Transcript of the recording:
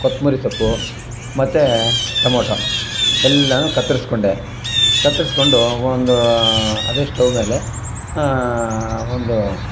ಕೊತ್ಮುರಿ ಸೊಪ್ಪು ಮತ್ತು ಟೊಮೊಟೋ ಎಲ್ಲಾನು ಕತ್ರಸ್ಕೊಂಡೆ ಕತ್ತರ್ಸ್ಕೊಂಡು ಒಂದು ಅದೇ ಸ್ಟೌವ್ ಮೇಲೆ ಒಂದು